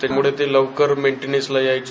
त्यामुळे ते लवकर मेंटनब्सला यायचे